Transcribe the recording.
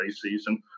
Season